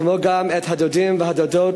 כמו גם את הדודים והדודות,